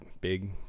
big